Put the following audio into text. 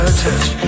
touch